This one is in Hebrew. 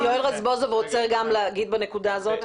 יואל רזבוזוב רוצה גם להגיב בנקודה הזאת.